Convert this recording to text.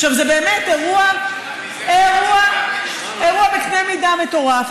זה באמת אירוע בקנה מידה מטורף.